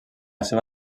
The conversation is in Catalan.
seva